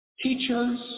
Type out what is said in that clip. teachers